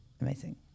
Amazing